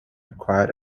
required